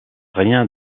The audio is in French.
rien